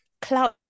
Cloud